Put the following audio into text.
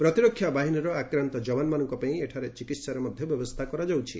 ପ୍ରତିରକ୍ଷା ବାହିନୀର ଆକ୍ରାନ୍ତ ଯବାନମାନଙ୍କ ପାଇଁ ଏଠାରେ ଚିକିତ୍ସାର ମଧ୍ୟ ବ୍ୟବସ୍ଥା କରାଯାଉଛି